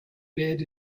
bed